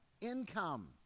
income